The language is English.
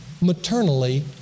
maternally